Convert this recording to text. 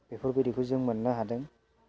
बेफोरबायदिखौ जों मोननो हादों